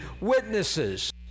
witnesses